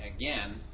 again